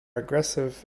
aggressive